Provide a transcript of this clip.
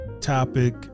topic